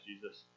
Jesus